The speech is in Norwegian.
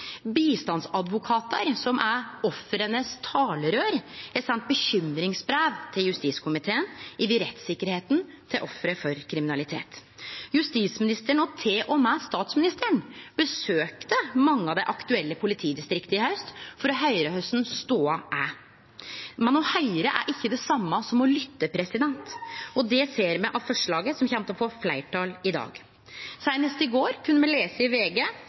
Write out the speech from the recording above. Bistandsadvokatar, som er talerøyr for ofra, har sendt bekymringsbrev til justiskomiteen om rettstryggleiken for offer for kriminalitet. Justisministeren, og til og med statsministeren, besøkte mange av dei aktuelle politidistrikta i haust for å høyre korleis stoda er. Men å høyre er ikkje det same som å lytte, og det ser me av forslaget som kjem til å få fleirtal i dag. Seinast i går kunne me lese i